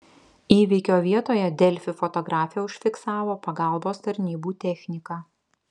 įvykio vietoje delfi fotografė užfiksavo pagalbos tarnybų techniką